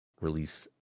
release